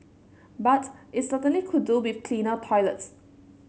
but it certainly could do with cleaner toilets